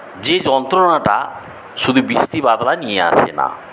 যে যন্ত্রণাটা শুধু বৃষ্টি বাদলা নিয়ে আসে না